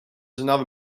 another